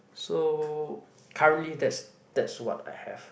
so currently that's that's what I have